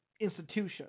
institution